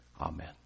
Amen